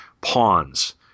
pawns